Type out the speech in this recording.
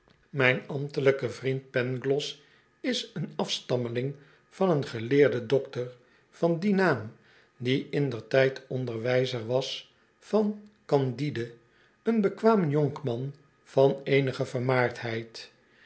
mijn ambtelijke vriend pangloss is een afstammeling van een geleerden dokter van dien naam die indertijd onderwijzer wasvancand i d e een bekwaam jonkman van eenige vermaardheid